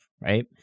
right